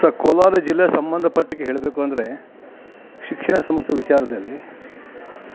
sir Kolar ಜಿಲ್ಲೆಗೆ ಸಂಬಂಧಪಟ್ಟು ಹೇಳಬೇಕು ಅಂದರೆ ಶಿಕ್ಷಣ ಸಂಸ್ಥೆ ವಿಚಾರದಲ್ಲಿ